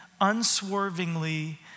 unswervingly